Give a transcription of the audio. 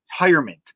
retirement